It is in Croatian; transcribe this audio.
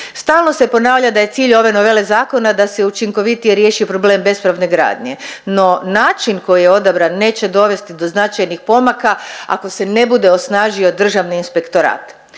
Stalno se ponavlja da je cilj ove novele zakona da se učinkovitije riješi problem bespravne gradnje, no način koji je odabran neće dovesti do značajnih pomaka ako se ne bude osnažio Državni inspektorat,